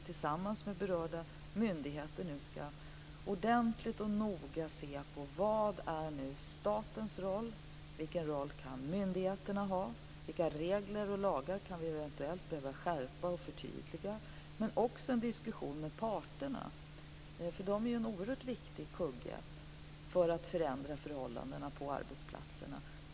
Tillsammans med berörda myndigheter ska vi ordentligt och noga se över vad som är statens roll, vilken roll myndigheterna kan ha, vilka regler och lagar som vi eventuellt kan behöva skärpa och förtydliga. Men det pågår också en diskussion med parterna, för de är ju en oerhört viktig kugge i arbetet med att förändra förhållandena på arbetsplatserna.